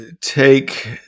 take